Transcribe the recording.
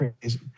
crazy